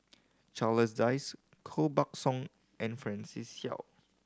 Charles Dyce Koh Buck Song and Francis Seow